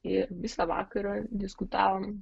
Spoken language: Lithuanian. ir visą vakarą diskutavom